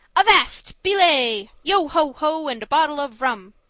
avast! belay! yo, ho, ho, and a bottle of rum.